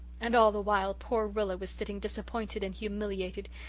and all the while, poor rilla was sitting, disappointed and humiliated,